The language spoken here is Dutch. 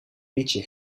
liedje